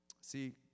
See